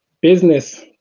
business